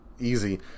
Easy